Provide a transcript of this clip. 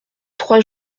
trois